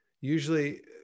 usually